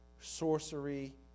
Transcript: sorcery